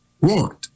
want